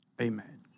Amen